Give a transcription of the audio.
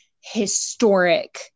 historic